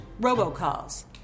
robocalls